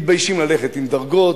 מתביישים ללכת עם דרגות.